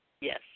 yes